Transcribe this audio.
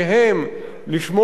לשמור על ביטחונם,